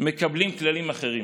מקבלים כללים אחרים.